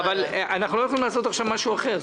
אנחנו לא יכולים לעשות עכשיו משהו אחר.